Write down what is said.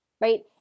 right